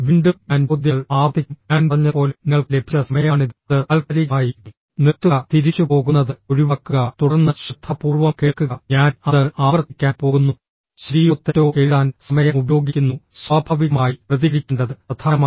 വീണ്ടും ഞാൻ ചോദ്യങ്ങൾ ആവർത്തിക്കും ഞാൻ പറഞ്ഞതുപോലെ നിങ്ങൾക്ക് ലഭിച്ച സമയമാണിത് അത് താൽക്കാലികമായി നിർത്തുക തിരിച്ചുപോകുന്നത് ഒഴിവാക്കുക തുടർന്ന് ശ്രദ്ധാപൂർവ്വം കേൾക്കുക ഞാൻ അത് ആവർത്തിക്കാൻ പോകുന്നു ശരിയോ തെറ്റോ എഴുതാൻ സമയം ഉപയോഗിക്കുന്നു സ്വാഭാവികമായി പ്രതികരിക്കേണ്ടത് പ്രധാനമാണ്